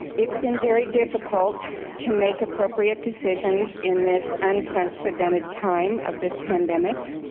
it's been very difficult to make appropriate decisions in this unprecedented time of this pandemic.